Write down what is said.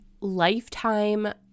lifetime